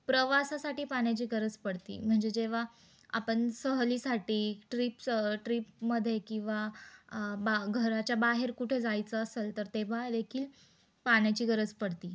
प्रवासासाठी पाण्याची गरज पडती म्हणजे जेव्हा आपन सहलीसाठी ट्रीपचं ट्रीपमध्ये किंवा बा घराच्या बाहेर कुठे जायचं असंल तर तेंव्हा देेखील पाण्याची गरज पडती